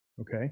Okay